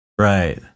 Right